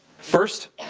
first,